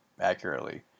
accurately